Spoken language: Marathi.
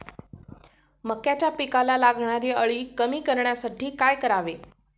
मक्याच्या पिकाला लागणारी अळी कमी करण्यासाठी काय करावे?